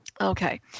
okay